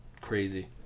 crazy